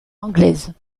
anglaise